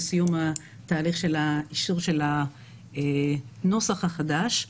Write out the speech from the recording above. בסיום התהליך של האישור של הנוסח החדש.